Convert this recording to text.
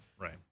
Right